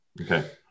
Okay